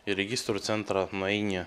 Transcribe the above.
į registrų centrą nueini